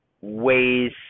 ways